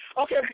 Okay